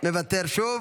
מוותר שוב,